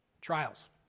Trials